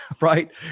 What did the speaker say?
right